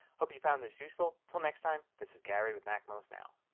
hope you found this useful. until next time this is gary with macmost now.